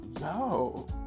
yo